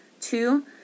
Two